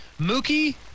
Mookie